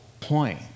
point